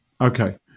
okay